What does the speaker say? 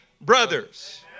brothers